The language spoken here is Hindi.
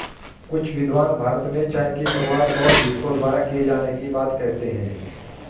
कुछ विद्वान भारत में चाय की शुरुआत बौद्ध भिक्षुओं द्वारा किए जाने की बात कहते हैं